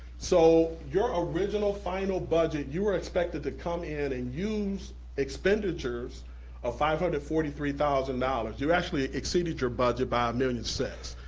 so your original final budget, you were expected to come in and use expenditures of five hundred and forty three thousand dollars, you actually exceeded your budget by a million six.